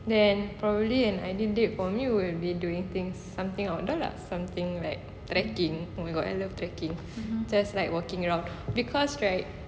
then probably an ideal date for me will be doing things somethings outdoor lah somethings like trekking oh my god I love trekking just like walking around because right